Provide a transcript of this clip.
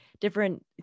different